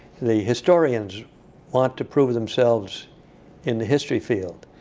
the historians want to prove themselves in the history field.